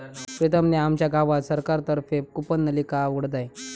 प्रीतम ने आमच्या गावात सरकार तर्फे कूपनलिका उघडत आहे